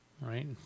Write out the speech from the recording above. Right